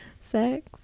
sex